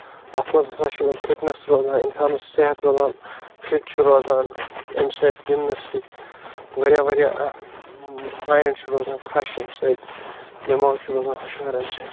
اَتھ منٛز ہَسا چھِ فِٹنٮ۪س روزان اِنسانَس صحت روزان فِٹ چھُ روزان اَمہِ سۭتۍ گِنٛدنہٕ سۭتۍ واریاہ واریاہ مایِنٛڈ چھُ روزان فرٛش اَمہِ سۭتۍ دٮ۪ماغ چھُ روزان ہُشار اَمہِ سۭتۍ